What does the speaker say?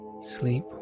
sleep